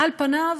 על פניו,